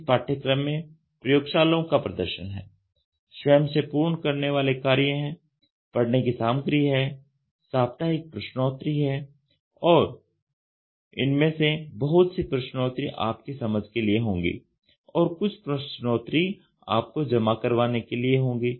इस पाठ्यक्रम में प्रयोगशालाओं का प्रदर्शन है स्वयं से पूर्ण करने वाले कार्य हैं पढ़ने की सामग्री है साप्ताहिक प्रश्नोत्तरी हैं और इनमें से बहुत सी प्रश्नोत्तरी आपकी समझ के लिए होंगी और कुछ प्रश्नोत्तरी आपको जमा करवाने के लिए होंगी